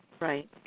Right